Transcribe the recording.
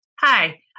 hi